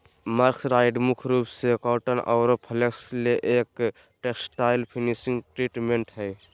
mercerised मुख्य रूप से कॉटन आरो फ्लेक्स ले एक टेक्सटाइल्स फिनिशिंग ट्रीटमेंट हई